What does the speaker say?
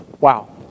wow